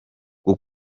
bwo